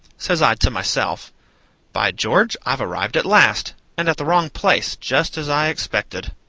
says i to myself by george, i've arrived at last and at the wrong place, just as i expected!